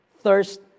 thirst